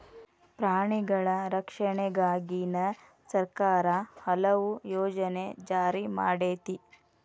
ಪ್ರಾಣಿಗಳ ರಕ್ಷಣೆಗಾಗಿನ ಸರ್ಕಾರಾ ಹಲವು ಯೋಜನೆ ಜಾರಿ ಮಾಡೆತಿ